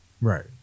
right